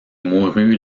mourut